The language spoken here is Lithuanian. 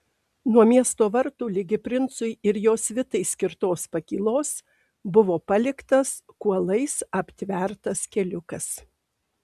nuo miesto vartų ligi princui ir jo svitai skirtos pakylos buvo paliktas kuolais aptvertas keliukas